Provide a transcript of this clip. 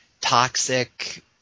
Toxic